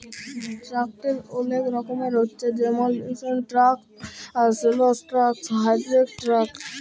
ট্যাক্সের ওলেক রকমের হচ্যে জেমল income tax, sales tax, direct tax